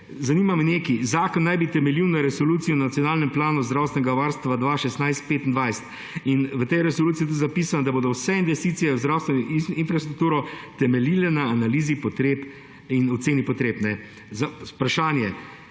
Zanima me nekaj. Zakon naj bi temeljil na Resoluciji o nacionalnem planu zdravstvenega varstva 2016–2025. V tej resoluciji je tudi zapisano, da bodo vse investicije v zdravstveno infrastrukturo temeljile na analizi in oceni potreb. Vprašanje: